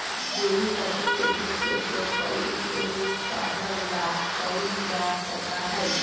dairy बकरी के दूध के उपयोग कई उपयोगी उत्पादन ला कइल जा सका हई